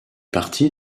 parties